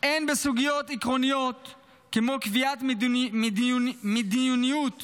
הן בסוגיות עקרוניות כמו קביעת מדיניות ויעדים,